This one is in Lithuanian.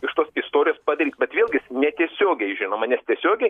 iš tos istorijos padaryt bet vėlgi netiesiogiai žinoma nes tiesiogiai